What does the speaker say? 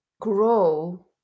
grow